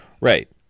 right